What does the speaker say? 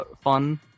fun